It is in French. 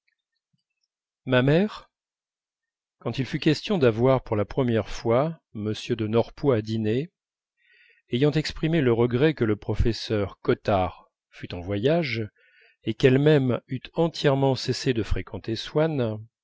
ma mère quand il fut question d'avoir pour la première fois m de norpois à dîner ayant exprimé le regret que le professeur cottard fût en voyage et qu'elle-même eût entièrement cessé de fréquenter swann